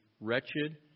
wretched